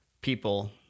people